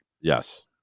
yes